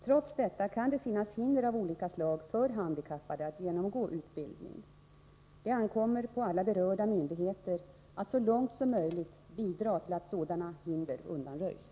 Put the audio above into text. Trots detta kan det finnas hinder av olika slag för handikappade att genomgå utbildning. Det ankommer på alla berörda myndigheter att så långt det är möjligt bidra till att sådana hinder undanröjs.